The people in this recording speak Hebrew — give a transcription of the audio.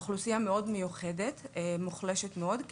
שזו אוכלוסייה מאוד מיוחדת ומוחלשת מאוד.